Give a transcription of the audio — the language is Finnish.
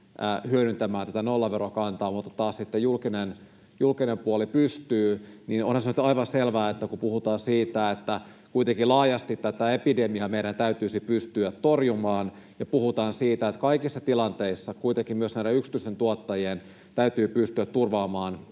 hyödyntämään tätä nollaverokantaa, mutta taas sitten julkinen puoli pystyy. Onhan se nyt aivan selvää ja näen kyllä edelleen niin, että kun puhutaan siitä, että kuitenkin laajasti tätä epidemiaa meidän täytyisi pystyä torjumaan, ja puhutaan siitä, että kaikissa tilanteissa kuitenkin myös näiden yksityisten tuottajien täytyy pystyä turvaamaan